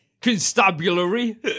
constabulary